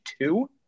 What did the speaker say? two